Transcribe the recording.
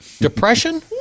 Depression